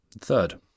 Third